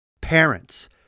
parents